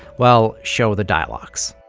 well, show the dialogs.